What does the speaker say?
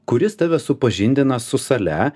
kuris tave supažindina su sale